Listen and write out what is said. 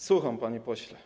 Słucham, panie pośle.